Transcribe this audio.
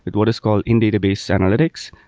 what is called in database analytics.